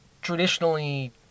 traditionally